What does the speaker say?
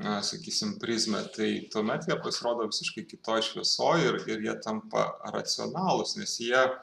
na sakysim prizmę tai tuomet jie pasirodo visiškai kitoj šviesoj ir jie tampa racionalūs nes jie